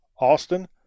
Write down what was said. Austin